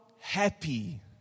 happy